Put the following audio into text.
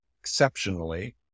exceptionally